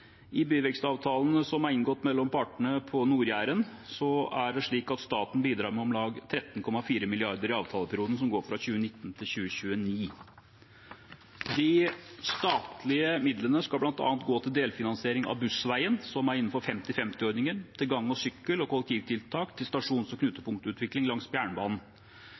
I byvekstavtalene som er inngått mellom partene på Nord-Jæren, bidrar staten med om lag 13,4 mrd. kr i avtaleperioden, som går fra 2019 til 2029. De statlige midlene skal bl.a. gå til delfinansiering av Bussveien, som er innenfor 50/50-ordningen, til gang-, sykkel- og kollektivtiltak og til stasjons- og knutepunktutvikling langs jernbanen.